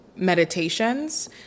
meditations